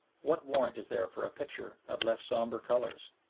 what warrant is there for a picture of less somber colors?